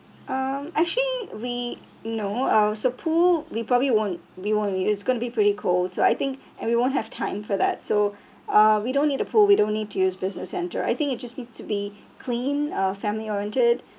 um actually we no uh also pool we probably won't we won't it's going to be pretty cold so I think and we won't have time for that so uh we don't need a pool we don't need to use business center I think it just needs to be clean uh family oriented